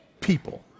people